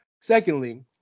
Secondly